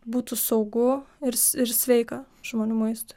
būtų saugu ir ir sveika žmonių maistui